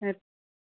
येत